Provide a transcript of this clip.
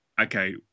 Okay